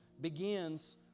begins